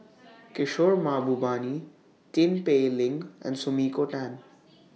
Kishore Mahbubani Tin Pei Ling and Sumiko Tan